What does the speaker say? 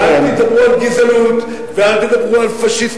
ואל תדברו על גזענות, ואל תדברו על פאשיסטיות.